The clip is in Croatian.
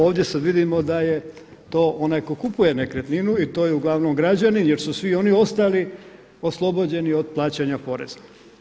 Ovdje sad vidimo da je to onaj ko kupuje nekretninu i to je uglavnom građanin jer su svi oni ostali oslobođeni od plaćanja poreza.